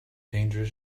dangerous